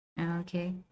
Okay